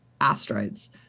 asteroids